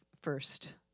first